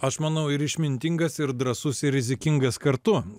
aš manau ir išmintingas ir drąsus ir rizikingas kartu